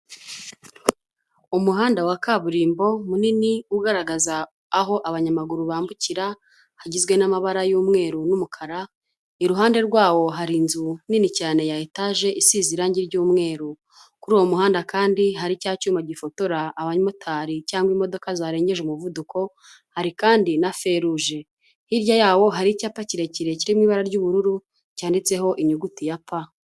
Umuhanda wa kaburimbo munini ugaragaza aho abanyamaguru bambukira, hagizwe n'amabara y'umweru n'umukara, iruhande rwawo hari inzu nini cyane ya etaje isize irangi ry'umweru. Kuri uwo muhanda kandi hari cya cyuma gifotora abamotari cyangwa imodoka zarengeje umuvuduko, hari kandi na feruje. Hirya yawo hari icyapa kirekire kiri mu ibara ry'ubururu, cyanditseho inyuguti ya P.